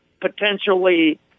potentially